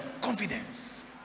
confidence